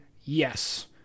yes